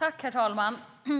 Herr talman!